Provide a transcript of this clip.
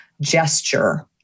gesture